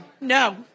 No